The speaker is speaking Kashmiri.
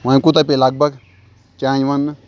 وۄنۍ کوٗتاہ پے لَگ بَگ چانہِ ونٛنہٕ